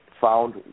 found